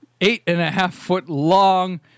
eight-and-a-half-foot-long